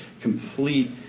complete